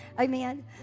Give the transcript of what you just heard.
Amen